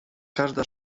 każda